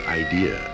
idea